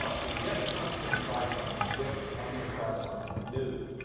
ah forget it i'm just going to try something different. i'm going to try something new.